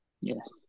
Yes